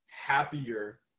happier